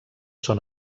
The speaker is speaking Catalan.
són